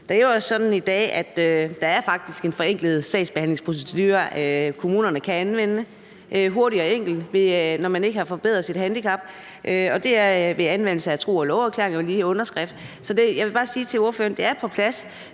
Det er jo sådan i dag, at der faktisk er en forenklet sagsbehandlingsprocedure, kommunerne kan anvende – den er hurtig og enkel – når man ikke har forbedret sit handicap, og det er ved anvendelse af tro og love-erklæringer og underskrift. Så jeg vil bare sige til ordføreren, at det er på plads.